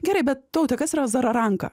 gerai bet taute kas yra zararanka